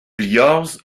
liorzh